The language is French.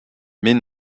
mais